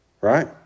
right